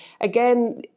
again